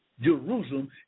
Jerusalem